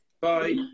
Bye